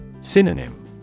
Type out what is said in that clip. Synonym